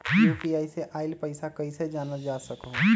UPI से आईल पैसा कईसे जानल जा सकहु?